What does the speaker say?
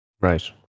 Right